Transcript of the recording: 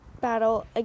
battle